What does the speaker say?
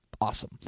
awesome